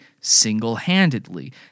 single-handedly